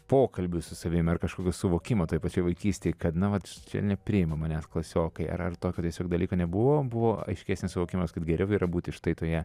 pokalbių su savim ar kažkokio suvokimo toj pačioj vaikystėj kad na vat čia nepriima manęs klasiokai ar ar tokio tiesiog dalyko nebuvo buvo aiškesnis suvokimas kad geriau yra būti štai toje